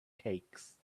cakes